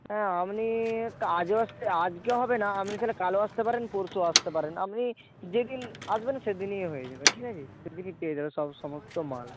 হ্যাঁ আপনি তা আজও আসতে আজকে হবে না আপনি তাহলে কালও আসতে পারেন পরশুও আসতে পারেন আপনি যেই দিন আসবেন সেই দিনই ইয়ে হয়ে যাবে ঠিক আছে সেই দিনই পেয়ে যাবেন সব সমস্ত মাল